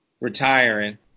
retiring